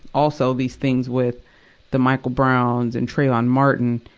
also, these things with the michael browns and trayvon martin,